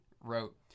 wrote